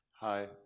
Hi